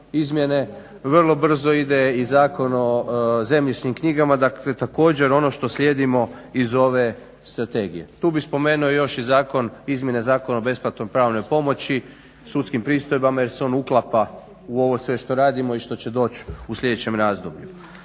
izmjene vrlo brzo ide i Zakon o zemljišnim knjigama dakle također ono što slijedimo iz ove strategije. Tu bih još spomenuo još izmjene Zakona o besplatnoj pravnoj pomoći, sudskim pristojbama jer se on uklapa u sve ovo što radimo i što će doći u sljedećem razdoblju.